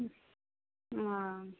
हँ